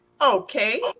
Okay